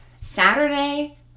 Saturday